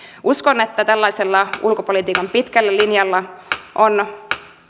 uskon että tällaisella ulkopolitiikan pitkällä linjalla on